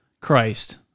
Christ